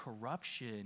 corruption